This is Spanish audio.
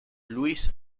luis